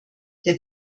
der